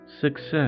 Success